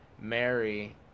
mary